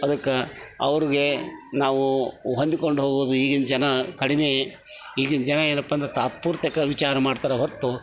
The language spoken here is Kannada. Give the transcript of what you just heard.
ಅದಕ್ಕೆ ಅವ್ರಿಗೆ ನಾವು ಹೊಂದಿಕೊಂಡು ಹೋಗೋದು ಈಗಿನ ಜನ ಕಡಿಮೆ ಈಗಿನ ಜನ ಏನಪ್ಪ ಅಂದರೆ ತಾತ್ಪೂರ್ತಿಕ ವಿಚಾರ ಮಾಡ್ತಾರೆ ಹೊರತು